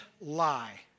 lie